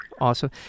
Awesome